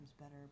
better